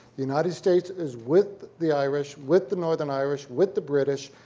the united states is with the irish, with the northern irish, with the british,